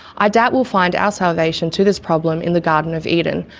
i doubt we'll find our salvation to this problem in the garden of eden,